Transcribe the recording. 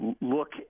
look